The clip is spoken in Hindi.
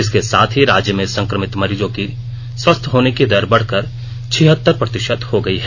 इसके साथ ही राज्य में संक्रमित मरीजों के स्वस्थ होने की दर बढ़कर छिहत्तर प्रतिषत हो गयी है